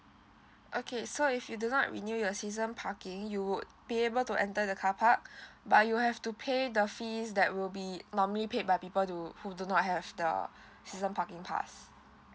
okay so if you do not renew your season parking you would be able to enter the carpark but you will have to pay the fees that will be normally paid by people to who do not have the season parking pass